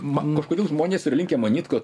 man kažkodėl žmonės yra linkę manyt kad